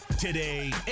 today